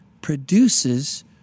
produces